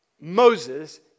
Moses